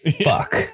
fuck